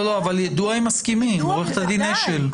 על יידוע הם מסכימים, עו"ד אשל.